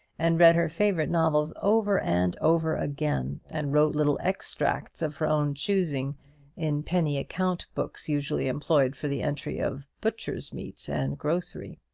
and read her favourite novels over and over again, and wrote little extracts of her own choosing in penny account-books, usually employed for the entry of butcher's-meat and grocery.